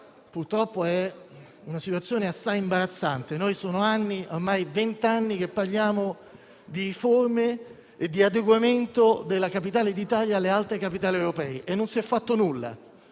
purtroppo è una situazione assai imbarazzante. Sono ormai vent'anni che parliamo di forme di adeguamento della capitale d'Italia alle altre capitali europee e non si è fatto nulla.